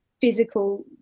physical